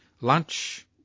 lunch